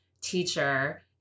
teacher